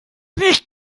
nicht